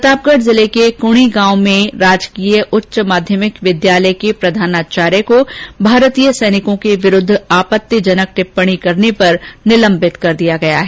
प्रतापगढ़ जिले के कुणी गांव में राजकीय उच्च माध्यमिक विद्यालय के प्रधानाचार्य को भारतीय सैनिकों के विरुद्व आपत्तिजनक टिप्पणी करने पर निलम्बित कर दिया गया है